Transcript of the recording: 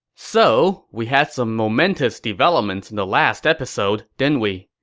so, we had some momentous developments in the last episode, didn't we?